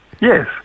Yes